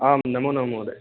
आम् नमो नमः महोदय